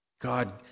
God